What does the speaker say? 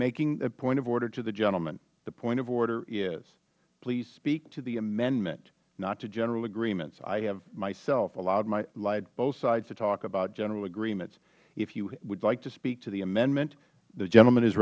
making a point of order to the gentleman the point of order is please speak to the amendment not to general agreement i have myself allowed both sides to talk about general agreements if you would like to speak to the amendment the gentleman is